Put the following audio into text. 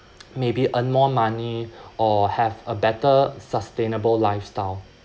maybe earn more money or have a better sustainable lifestyle